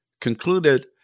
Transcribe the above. concluded